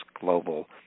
global